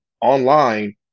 online